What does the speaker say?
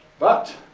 but